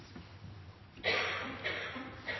egen